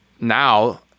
now